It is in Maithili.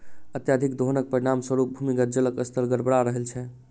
अत्यधिक दोहनक परिणाम स्वरूप भूमिगत जलक स्तर गड़बड़ा रहल छै